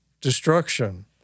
destruction